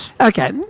Okay